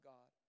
God